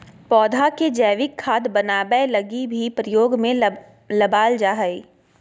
पौधा के जैविक खाद बनाबै लगी भी प्रयोग में लबाल जा हइ